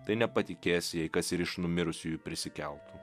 tai nepatikės jei kas ir iš numirusiųjų prisikeltų